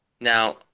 Now